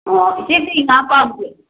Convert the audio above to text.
ꯏꯆꯦ ꯀꯩ ꯉꯥ ꯄꯥꯝꯒꯦ